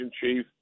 chief